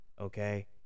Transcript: okay